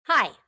Hi